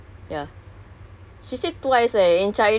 was minta kena sepak sia